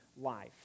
life